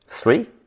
Three